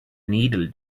needle